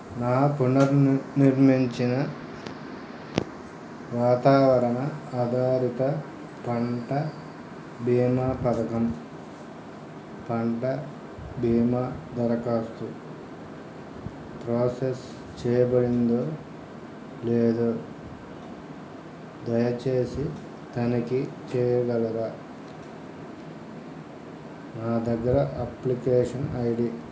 నా పునర్నిర్మించిన వాతావరణ ఆధారిత పంట బీమా పథకం పంట బీమా దరఖాస్తు ప్రాసెస్ చేయబడిందో లేదో దయచేసి తనిఖీ చేయగలరా నా దగ్గర అప్లికేషన్ ఐడి